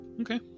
Okay